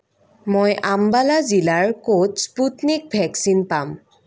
মই আম্বালা জিলাৰ ক'ত স্পুটনিক ভেকচিন পাম